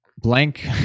Blank